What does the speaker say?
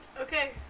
Okay